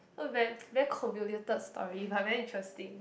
no very very convoluted story but interesting